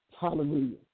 Hallelujah